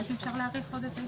אם כך, אני נועל את הישיבה.